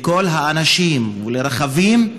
לכל האנשים ולרכבים,